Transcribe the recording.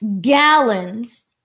gallons